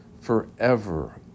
forever